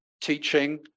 teaching